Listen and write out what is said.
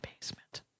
basement